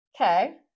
Okay